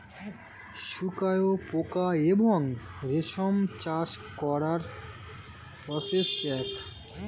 শুয়োপোকা এবং রেশম চাষ করার প্রসেস এক